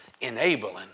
enabling